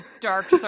dark